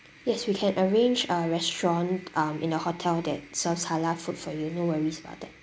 yes we can arrange a restaurant um in the hotel that serves halal food for you no worries about that